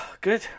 good